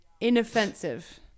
inoffensive